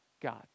God